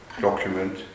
document